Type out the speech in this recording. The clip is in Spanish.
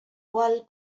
cual